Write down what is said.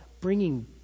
bringing